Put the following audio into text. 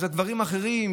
הדברים האחרים,